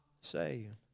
saved